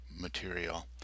material